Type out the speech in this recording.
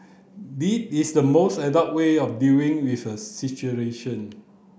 is the most adult way of dealing with a situation